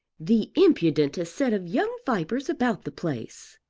the impudentest set of young vipers about the place,